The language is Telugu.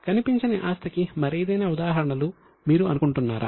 కనిపించని ఆస్తికి మరేదైనా ఉదాహరణలు మీరు అనుకుంటున్నారా